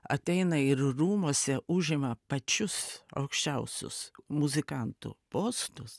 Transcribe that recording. ateina ir rūmuose užima pačius aukščiausius muzikantų postus